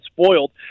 spoiled